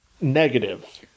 negative